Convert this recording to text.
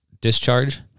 discharge